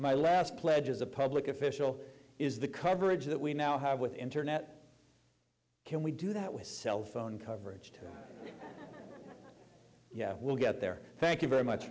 my last pledge is a public official is the coverage that we now have with internet can we do that with cell phone coverage to yeah we'll get there thank you very much